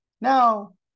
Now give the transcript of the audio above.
Now